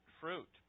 fruit